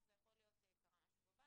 זה יכול להיות סתם הילד קם בלי מצב רוח,